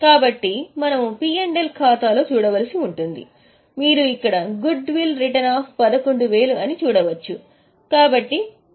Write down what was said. కాబట్టి మనము P L ఖాతాలో చూడవలసి ఉంటుంది మీరు ఇక్కడ గుడ్ విల్ రిటెన్ ఆఫ్ 11000 అని చూడవచ్చు